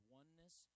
oneness